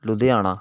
Ludhiana